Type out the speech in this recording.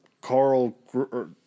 Carl